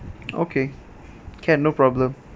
okay can no problem